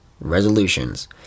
resolutions